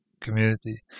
community